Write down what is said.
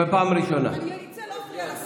אני אצא, לא אפריע לשר.